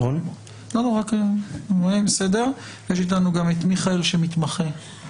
יש איתנו גם את מיכאל שמתמחה